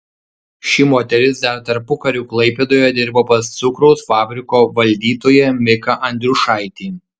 ši moteris dar tarpukariu klaipėdoje dirbo pas cukraus fabriko valdytoją miką andriušaitį